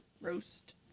roast